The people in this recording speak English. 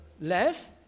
left